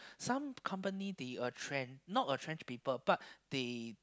some company they a trench not a trend people but they